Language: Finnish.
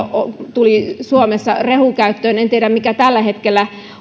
tuli suomessa rehukäyttöön en tiedä mikä tällä hetkellä